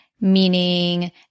meaning